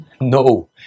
No